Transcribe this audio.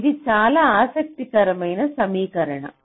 ఇది చాలా ఆసక్తికరమైన సమీకరణం